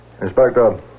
Inspector